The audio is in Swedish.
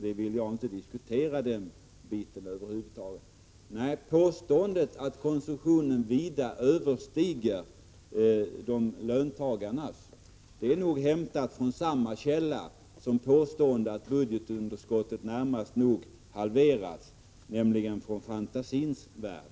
Detta vill jag över huvud taget inte diskutera. Påståendet att företagarnas konsumtion vida överstiger löntagarnas är nog hämtat från samma håll som påståendet att budgetunderskottet närmast halverats, nämligen från fantasins värld.